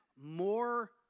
more